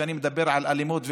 כשאני מדבר על אלימות ופשיעה,